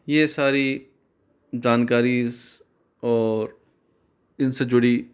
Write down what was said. ये सारी जानकारी और इनसे जुड़ी